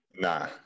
Nah